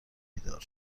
بیدار